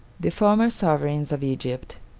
the former sovereigns of egypt,